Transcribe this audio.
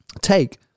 Take